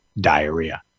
diarrhea